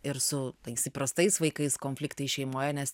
ir su tais įprastais vaikais konfliktai šeimoje nes